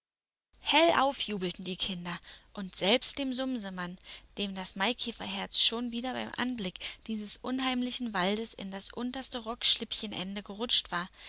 hellauf jubelten die kinder und selbst den sumsemann dem das maikäferherz schon wieder beim anblick dieses unheimlichen waldes in das unterste rockschlippchenende gerutscht war